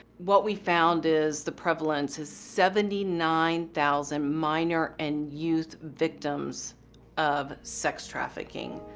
what we found is the prevalence is seventy nine thousand minor and youth victims of sex trafficking.